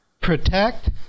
protect